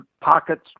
pockets